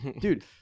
dude